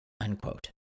unquote